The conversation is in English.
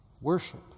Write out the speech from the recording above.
Worship